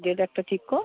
date একটা ঠিক কর